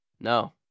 no